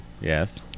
Yes